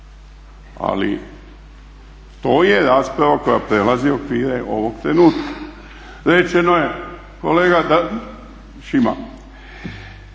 ali to je rasprava koja prelazi okvire ovog trenutka. Rečeno je kolega Šima